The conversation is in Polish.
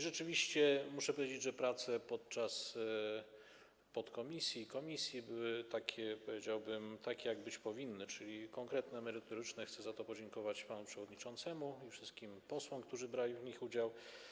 Rzeczywiście muszę powiedzieć, że prace w ramach podkomisji i komisji były, powiedziałbym, takie jak być powinny, czyli konkretne i merytoryczne, za co chcę podziękować panu przewodniczącemu i wszystkim posłom, którzy brali w nich udział.